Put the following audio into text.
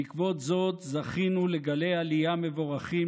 בעקבות זאת זכינו לגלי עלייה מבורכים,